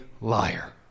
liar